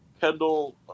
Kendall